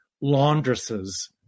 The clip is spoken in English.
laundresses